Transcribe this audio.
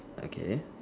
okay